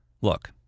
Look